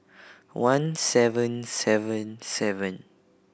one seven seven seven